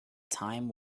time